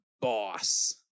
boss